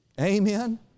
Amen